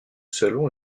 selon